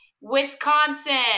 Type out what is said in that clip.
Wisconsin